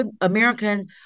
American